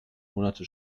monate